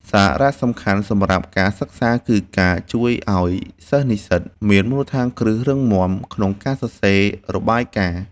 សារៈសំខាន់សម្រាប់ការសិក្សាគឺការជួយឱ្យសិស្សនិស្សិតមានមូលដ្ឋានគ្រឹះរឹងមាំក្នុងការសរសេររបាយការណ៍។